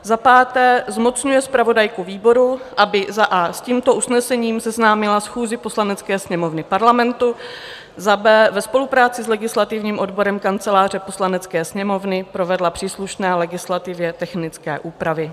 V. zmocňuje zpravodajku výboru, aby a) s tímto usnesením seznámila schůzi Poslanecké sněmovny Parlamentu, b) ve spolupráci s legislativním odborem Kanceláře Poslanecké sněmovny provedla příslušné legislativně technické úpravy.